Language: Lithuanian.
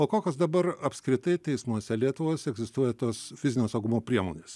o kokios dabar apskritai teismuose lietuvos egzistuoja tos fizinio saugumo priemonės